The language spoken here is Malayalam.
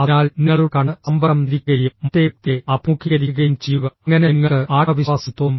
അതിനാൽ നിങ്ങളുടെ കണ്ണ് സമ്പർക്കം തിരിക്കുകയും മറ്റേ വ്യക്തിയെ അഭിമുഖീകരിക്കുകയും ചെയ്യുക അങ്ങനെ നിങ്ങൾക്ക് ആത്മവിശ്വാസം തോന്നും